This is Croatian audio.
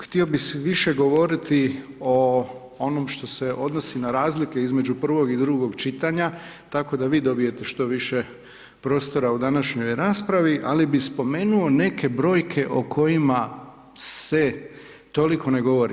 Htio bih više govoriti o onom što se odnosi na razlike između prvog i drugog čitanja, tako da vi dobijete što više prostora u današnjoj raspravi, ali bi spomenuo neke brojke o kojima se toliko ne govori.